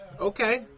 Okay